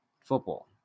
football